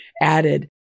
added